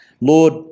Lord